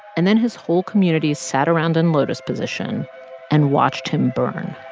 and then his whole community sat around in lotus position and watched him burn.